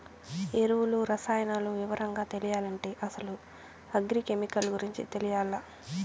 ఎరువులు, రసాయనాలు వివరంగా తెలియాలంటే అసలు అగ్రి కెమికల్ గురించి తెలియాల్ల